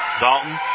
Dalton